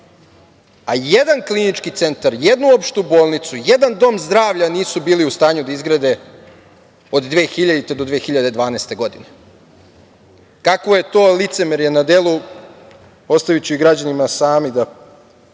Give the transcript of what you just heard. a jedan klinički centar, jednu opštu bolnicu, jedan dom zdravlja nisu bili u stanju da izgrade od 2000. do 2012. godine. Kakvo je to licemerje na delu ostaviću i građanima sami da